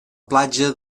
platja